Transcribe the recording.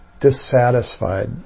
dissatisfied